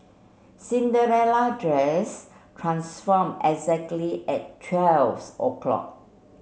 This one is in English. Cinderella dress transform exactly at twelve o'clock